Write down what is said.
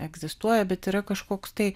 egzistuoja bet yra kažkoks tai